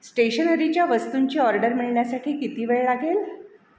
स्टेशनरीच्या वस्तूंची ऑर्डर मिळण्यासाठी किती वेळ लागेल